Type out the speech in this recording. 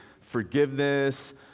forgiveness